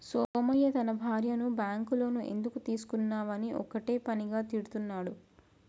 సోమయ్య తన భార్యను bank loan ఎందుకు తీసుకున్నవని ఒక్కటే పనిగా తిడుతున్నడు